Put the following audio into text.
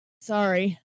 Sorry